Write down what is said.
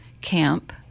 camp